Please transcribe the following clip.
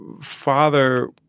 father